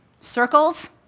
Circles